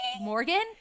Morgan